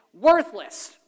worthless